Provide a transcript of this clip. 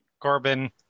Corbin